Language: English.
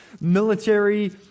military